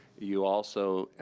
you also,